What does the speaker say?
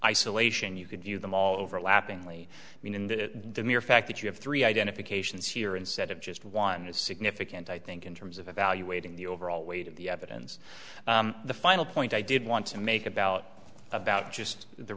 isolation you could view them all overlapping only mean in the mere fact that you have three identifications here instead of just one is significant i think in terms of evaluating the overall weight of the evidence the final point i did want to make about about just the